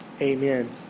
Amen